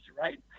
right